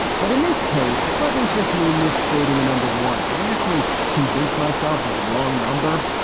but in this case, it wasn't just me misstating a number. once i actually convinced myself of the wrong number.